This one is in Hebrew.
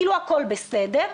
כאילו הכול בסדר.